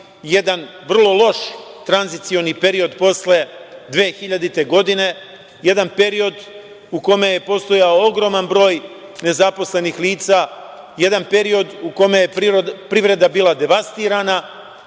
jedan vrlo loš tranzicioni period posle 2000. godine, jedan period u kome je postojao ogroman broj nezaposlenih lica, jedan period u kome je privreda bila devastirana,